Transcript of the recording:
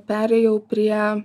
perėjau prie